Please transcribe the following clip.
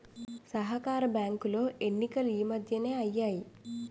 సహకార బ్యాంకులో ఎన్నికలు ఈ మధ్యనే అయ్యాయి